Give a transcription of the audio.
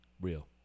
Real